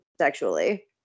sexually